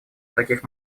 таких